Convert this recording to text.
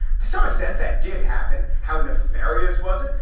to some extent, that did happen. how nefarious was it?